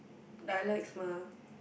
dialects mah